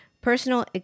personal